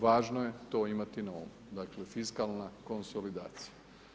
Važno je to imati na umu, dakle fiskalna konsolidacija.